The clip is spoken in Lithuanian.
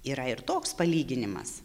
yra ir toks palyginimas